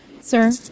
Sir